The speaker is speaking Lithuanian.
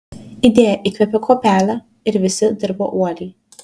idėja įkvėpė kuopelę ir visi dirbo uoliai